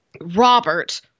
Robert